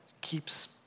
keeps